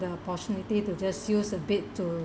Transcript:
the opportunity to just use a bit to